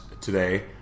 Today